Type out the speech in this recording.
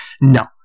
No